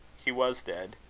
he was dead.